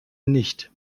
nicht